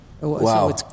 Wow